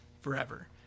forever